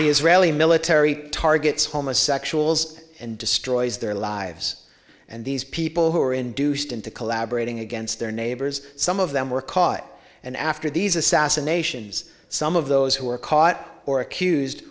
the israeli military targets homosexuals and destroys their lives and these people who are induced into collaborating against their neighbors some of them were caught and after these assassinations some of those who were caught or accused